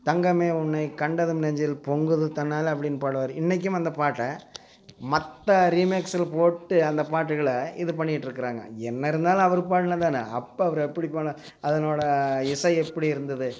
தங்கமே உன்னைக் கண்டதும் நெஞ்சில் பொங்குது தன்னாலே அப்படின் பாடுவார் இன்றைக்கும் அந்தப் பாட்டை மற்ற ரிமேக்ஸில் போட்டு அந்தப் பாட்டுகளை இது பண்ணிக்கிட்டுருக்கிறாங்க என்ன இருந்தாலும் அவரு பாடுனது தான் அப்போ அவரு அப்படி பாடினா அதனோட இசை எப்படி இருந்தது